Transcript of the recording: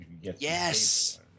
Yes